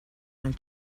nel